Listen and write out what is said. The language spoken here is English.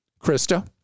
Krista